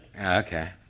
Okay